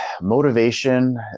motivation